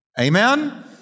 Amen